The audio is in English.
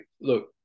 look